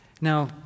Now